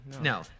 no